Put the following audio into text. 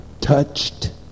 touched